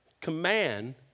command